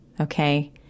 okay